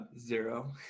Zero